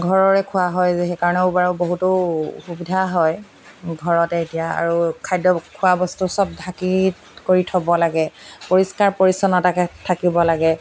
ঘৰৰে খোৱা হয় যে সেইকাৰণেও বাৰু বহুতো সুবিধা হয় ঘৰতে এতিয়া আৰু খাদ্য খোৱা বস্তু চব ঢাকি কৰি থব লাগে পৰিষ্কাৰ পৰিচ্ছন্নতাকৈ থাকিব লাগে